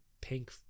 pink